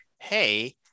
hey